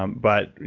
um but,